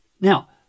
Now